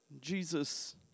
Jesus